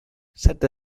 cette